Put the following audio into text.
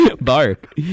Bark